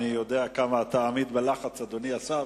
אני יודע כמה אתה עמיד בלחץ, אדוני השר,